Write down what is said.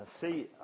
see